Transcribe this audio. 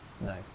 No